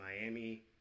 miami